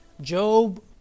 Job